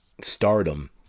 stardom